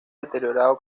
deteriorado